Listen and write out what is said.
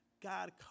God